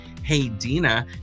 HeyDina